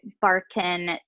Barton